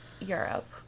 Europe